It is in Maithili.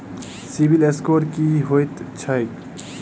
सिबिल स्कोर की होइत छैक?